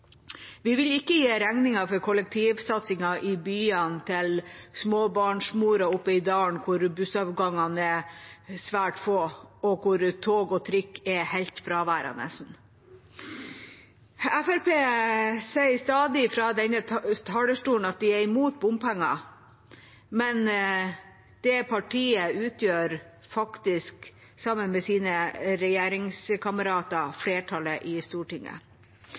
Vi vil ikke gi regningen for kollektivsatsingen i byene til småbarnsmora oppe i dalen hvor bussavgangene er svært få, og hvor tog og trikk er helt fraværende. Fremskrittspartiet sier stadig fra denne talerstolen at de er imot bompenger, men det partiet utgjør sammen med sine regjeringskamerater faktisk flertallet i Stortinget.